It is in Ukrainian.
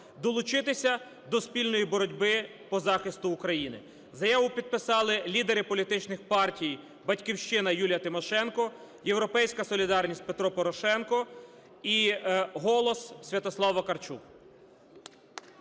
долучитися до спільної боротьби по захисту України. Заяву підписали лідери політичних партій: "Батьківщина" – Юлія Тимошенко, "Європейська солідарність" – Петро Порошенко і "Голос" – Святослав Вакарчук.